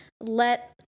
let